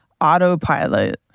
autopilot